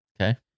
Okay